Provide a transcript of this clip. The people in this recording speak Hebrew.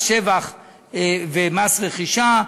מס שבח ומס רכישה,